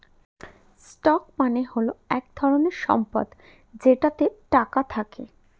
stock মানে হল এক রকমের সম্পদ যেটাতে টাকা থাকে